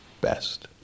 best